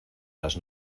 las